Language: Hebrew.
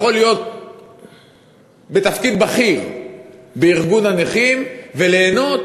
יכול להיות בתפקיד בכיר בארגון הנכים וליהנות